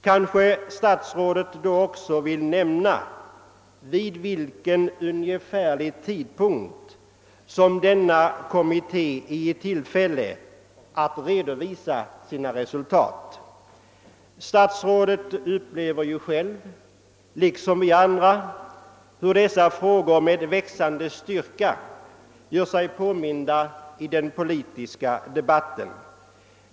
Kanske statsrådet då också vill nämna vid vilken ungefärlig tidpunkt som denna kommitté blir i tillfälle att redovisa sina resultat. Statsrådet upplever själv liksom vi andra hur dessa frågor med växande styrka gör sig påminda i den politiska debatten.